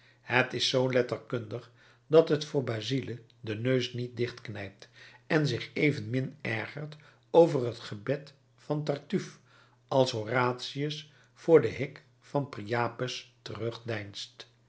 het is zoo letterkundig dat het voor basile den neus niet dichtknijpt en zich evenmin ergert over het gebed van tartuffe als horatius voor den hik van priapus